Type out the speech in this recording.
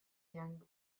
young